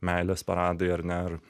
meilės paradai ar ne ir